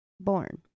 born